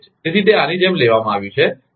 તેથી તે આની જેમ લેવામાં આવ્યું છે